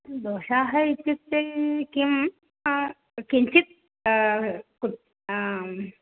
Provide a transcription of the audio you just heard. दोषाः इत्युक्ते किं किञ्चित् कुत्र आम्